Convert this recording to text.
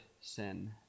sin